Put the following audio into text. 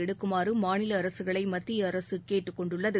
எடுக்குமாறு மாநில அரசுகளை மத்திய அரசு கேட்டுக் கொண்டுள்ளது